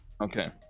Okay